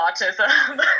autism